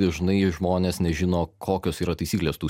dažnai žmonės nežino kokios yra taisyklės tų